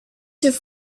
have